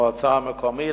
המועצה המקומית,